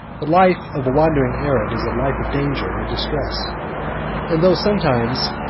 the life of a wandering arab is a life of danger and distress and though sometimes,